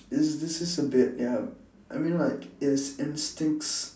is this is a bit ya I mean like it is instincts